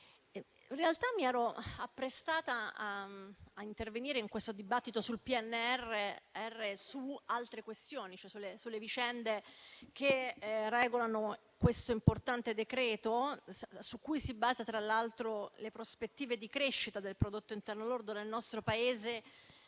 in realtà mi ero apprestata a intervenire in questo dibattito sul PNRR su altre questioni, e cioè sulle vicende che regolano questo importante provvedimento, su cui si basano, tra l'altro, le prospettive di crescita del prodotto interno lordo nel nostro Paese